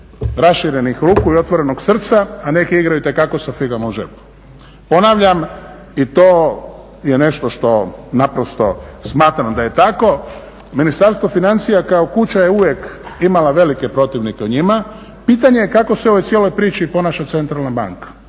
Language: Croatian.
raširenih ruku i otvorenog srca, a neki igraju itekako sa figama u džepu. Ponavljam, i to je nešto što naprosto smatram da je tako, Ministarstvo financija kao kuća je uvijek imala velike protivnike u njima, pitanje kako se u ovoj cijeloj priči ponaša Centralna banka,